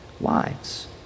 lives